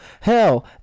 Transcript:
Hell